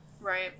Right